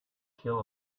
kill